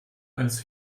als